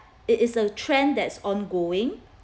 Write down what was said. it is a trend that's ongoing